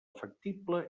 factible